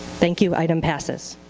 thank you, item passes.